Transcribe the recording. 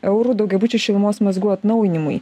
eurų daugiabučių šilumos mazgų atnaujinimui